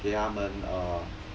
then 他们 uh